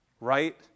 Right